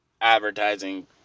advertising